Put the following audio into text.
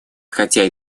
хотя